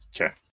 Okay